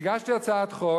והגשתי הצעת חוק.